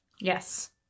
Yes